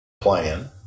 plan